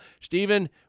Stephen